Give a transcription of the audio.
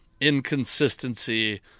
inconsistency